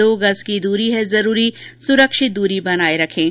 दो गज़ की दूरी है जरूरी सुरक्षित दूरी बनाए रखें